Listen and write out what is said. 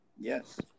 Yes